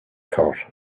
thought